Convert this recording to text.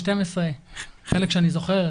12 - חלק אני זוכר,